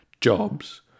jobs